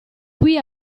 qui